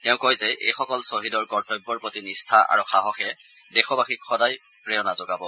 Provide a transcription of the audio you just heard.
তেওঁ কয় যে এইসকল শ্বহীদৰ কৰ্তব্যৰ প্ৰতি নিষ্ঠা আৰু সাহসে দেশবাসীক সদায় প্ৰেৰণা যোগাব